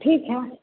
ठीक है